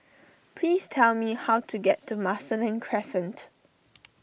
please tell me how to get to Marsiling Crescent